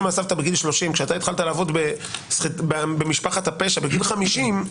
מהסבתא בגיל 30 כשהתחלת לעבוד במשפחת הפשע בגיל 50,